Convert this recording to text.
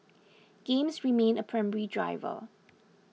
games remain a primary driver